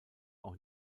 auch